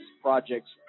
Projects